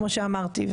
כמו שאמרתי,